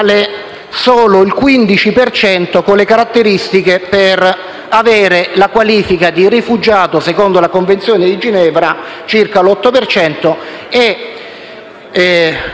solo il 15 per cento con le caratteristiche per avere la qualifica di rifugiato secondo la Convenzione di Ginevra e poco